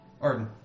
Arden